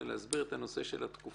להסביר את הנושא של התקופות.